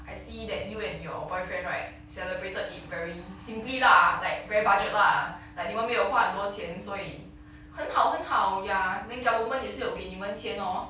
I see that you and your boyfriend right celebrated it very simply lah like very budget lah like 你们没有花很多钱所以很好很好 ya then government 也是有给你们钱 hor